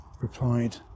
replied